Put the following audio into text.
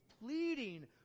pleading